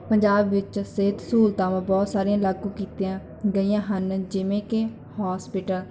ਪੰਜਾਬ ਵਿੱਚ ਸਿਹਤ ਸਹੂਲਤਾਵਾਂ ਬਹੁਤ ਸਾਰੀਆਂ ਲਾਗੂ ਕੀਤੀਆਂ ਗਈਆਂ ਹਨ ਜਿਵੇਂ ਕਿ ਹੋਸਪਿਟਲ